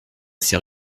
ses